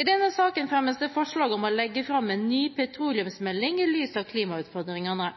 I denne saken fremmes det forslag om å legge fram en ny petroleumsmelding i lys av klimautfordringene.